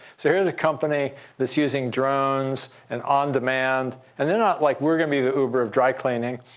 so here's a company that's using drones and on demand. and they're not, like, we're going to be the uber of dry cleaning.